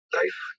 life